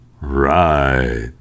Right